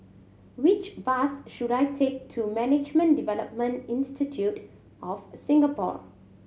which bus should I take to Management Development Institute of Singapore